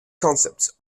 concepts